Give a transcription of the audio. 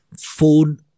phone